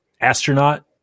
astronaut